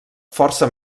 força